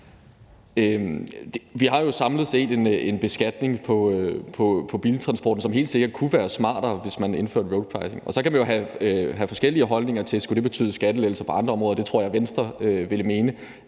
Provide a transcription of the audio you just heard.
Vi har jo samlet set en beskatning på biltransporten, som helt sikkert kunne være smartere, hvis man indførte roadpricing. Så kan man have forskellige holdninger til, om det skulle betyde skattelettelser på andre områder. Det tror jeg Venstre ville mene.